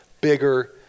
bigger